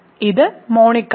ഇത് മോണിക് ആണ്